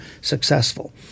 successful